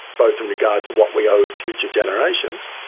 both in regard to what we owe future generations,